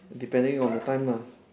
depending on the time lah